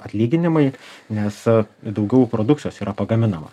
atlyginimai nes daugiau produkcijos yra pagaminama